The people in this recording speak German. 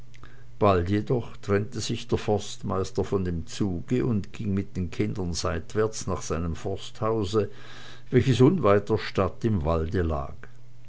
bald jedoch trennte sich der forstmeister von dem zuge und ging mit den kindern seitwärts nach seinem forsthause welches unweit der stadt im walde lag